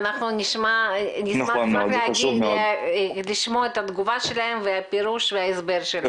נשמח לשמוע את התגובה שלהם, פירוש וההסבר שלהם.